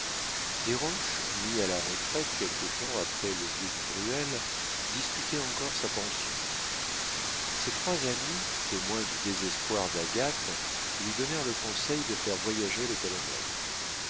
pas desroches mis à la retraite quelque temps après le vieux du bruel disputait encore sa pension ces trois amis témoins du désespoir d'agathe lui donnèrent le conseil de faire voyager le colonel